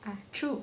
ah true